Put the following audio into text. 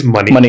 Money